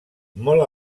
molt